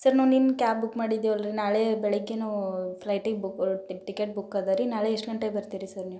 sir ನಾವು ನಿನ್ನೆ cab book ಮಾಡಿದ್ದೇವೆ ಅಲ್ರಿ ನಾಳೆ ಬೆಳಗ್ಗೆ ನಾವು ಫ್ಲೈಟಿಗೆ ಬುಕ್ ಟಿಕೆಟ್ ಬುಕ್ ಅದರಿ ನಾಳೆ ಎಷ್ಟು ಗಂಟೆಗ್ ಬರ್ತಿರಿ ಸರ್ ನೀವು